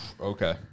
Okay